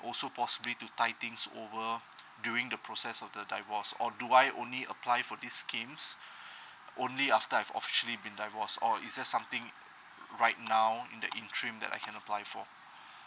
also possibly to tie things over during the process of the divorce or do I only apply for these schemes only after I've officially been divorced or is there something right now in the in the rim that I can apply for